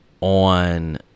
on